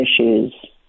issues